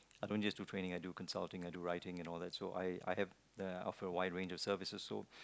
I don't just do planning I do consulting I do writing and all that I I have the of a wide range of service also